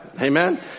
Amen